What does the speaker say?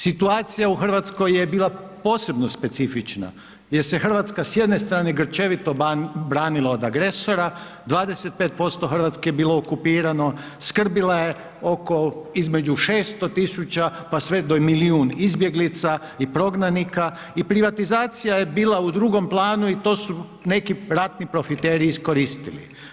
Situacija u Hrvatskoj je bila posebno specifična jer se Hrvatska s jedne strane grčevito branila od agresora, 25% Hrvatske je bilo okupirano, skrbila je oko između 600 000 pa sve do milijun izbjeglica i prognanika i privatizacija je bila u drugom planu i to su neki ratni profiteri iskoristili.